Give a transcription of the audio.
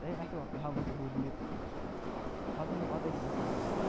تۄہہِ آسیو اَکھ کَہاوَت تہِ بوٗزمُت کھۄژنہٕ پَتَے چھُ اِنسان زینان